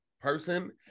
person